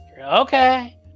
Okay